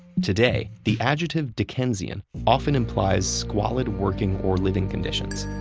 today, the adjective dickensian often implies squalid working or living conditions.